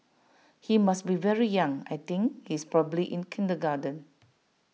he must be very young I think he's probably in kindergarten